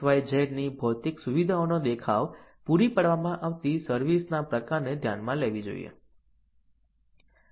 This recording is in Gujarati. XYZ ની ભૌતિક સુવિધાઓનો દેખાવ પૂરી પાડવામાં આવતી સર્વિસ ના પ્રકારને ધ્યાનમાં રાખીને છે